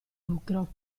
lucro